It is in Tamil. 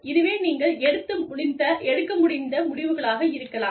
இதுவே நீங்கள் எடுக்க முடிந்த முடிவுகளாக இருக்கலாம்